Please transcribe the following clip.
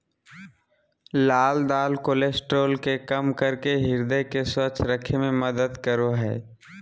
लाल दाल कोलेस्ट्रॉल के कम करके हृदय के स्वस्थ रखे में मदद करो हइ